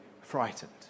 frightened